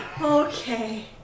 Okay